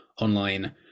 online